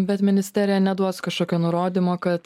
bet ministerija neduos kažkokio nurodymo kad